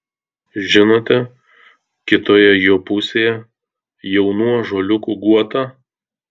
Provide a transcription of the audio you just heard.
žinote kitoje jo pusėje jaunų ąžuoliukų guotą